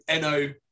no